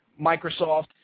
Microsoft